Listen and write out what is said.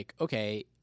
okay